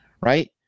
right